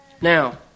Now